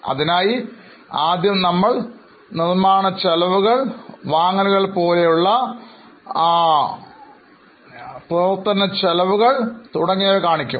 അതിനായി ആദ്യം നമ്മൾ നിർമ്മാണ ചെലവുകൾ വാങ്ങലുകൾ പോലുള്ള പ്രവർത്തന ചെലവുകൾ കാണിക്കും